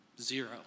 Zero